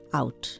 out